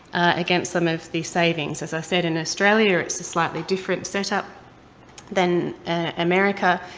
against some of the savings. as i said, in australia it's a slightly different setup than america,